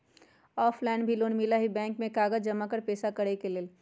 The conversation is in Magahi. ऑफलाइन भी लोन मिलहई बैंक में कागज जमाकर पेशा करेके लेल?